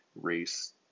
race